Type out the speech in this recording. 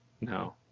No